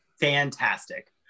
fantastic